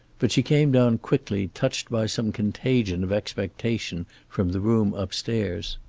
but she came down quickly, touched by some contagion of expectation from the room upstairs.